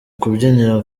kabyiniro